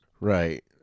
Right